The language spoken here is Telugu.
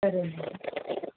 సరే అండి